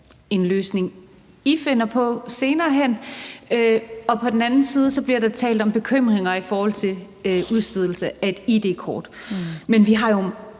en løsning, I finder på senere hen, og på den anden side bliver der talt om bekymringer i forhold til udstedelse af et id-kort.